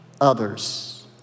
others